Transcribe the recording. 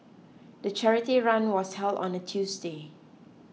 the charity run was held on a Tuesday